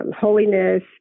Holiness